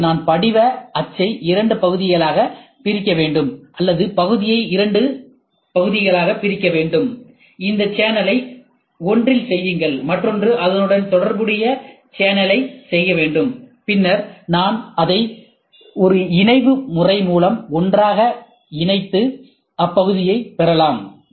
அதற்கு நான் படிவ அச்சை இரண்டு பகுதிகளாகப் பிரிக்க வேண்டும் அல்லது பகுதியை இரண்டு பகுதிகளாகப் பிரிக்க வேண்டும் ஒரு சேனலை ஒன்றில் செய்யுங்கள் மற்றொன்று அதனுடன் தொடர்புடைய சேனலைச் செய்ய வேண்டும் பின்னர் நான் அதை ஒரு இணைவு முறை மூலம் ஒன்றாக நினைத்து அந்தப்பகுதியை பெறலாம்